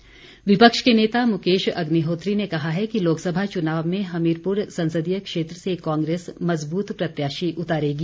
अग्निहोत्री विपक्ष के नेता मुकेश अग्निहोत्री ने कहा है कि लोकसभा चुनाव में हमीरपुर संसदीय क्षेत्र से कांग्रेस मज़बूत प्रत्याशी उतारेगी